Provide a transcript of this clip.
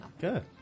Good